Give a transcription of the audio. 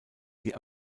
die